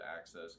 access